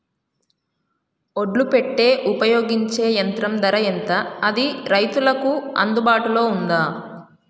ఒడ్లు పెట్టే ఉపయోగించే యంత్రం ధర ఎంత అది రైతులకు అందుబాటులో ఉందా?